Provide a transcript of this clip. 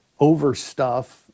overstuff